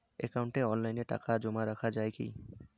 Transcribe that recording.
একাউন্টে অনলাইনে টাকা জমা রাখা য়ায় কি?